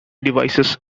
devices